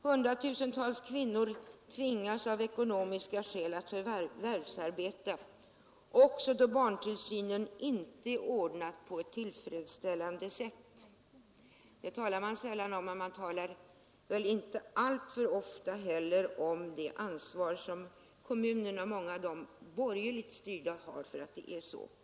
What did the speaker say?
Hundratusentals kvinnor tvingas av ekonomiska skäl att förvärvsarbeta, även om barntillsynen inte är ordnad på tillfredsställande sätt. Men det talar man sällan om. Man talar heller inte ofta om det ansvar som många av de borgerligt styrda kommunerna har för att det är på det sättet.